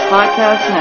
Podcast